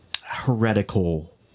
heretical